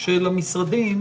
של המשרדים,